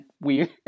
weird